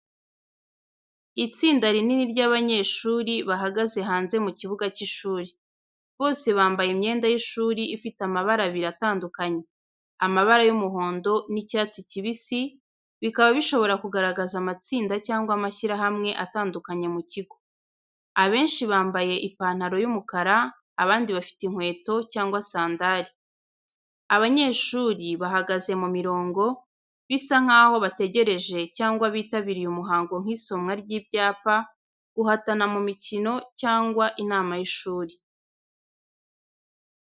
Itsinda rinini ry’abanyeshuri bahagaze hanze mu kibuga cy’ishuri. Bose bambaye imyenda y’ishuri ifite amabara abiri atandukanye: amabara y’umuhondo n’icyatsi kibisi, bikaba bishobora kugaragaza amatsinda cyangwa amashyirahamwe atandukanye mu kigo. Abenshi bambaye ipantaro y’umukara, abandi bafite inkweto cyangwa sandari. Abanyeshuri bahagaze mu mirongo, bisa nk’aho bategereje cyangwa bitabiriye umuhango nk’isomwa ry’ibyapa, guhatana mu mikino, cyangwa inama y’ishuri.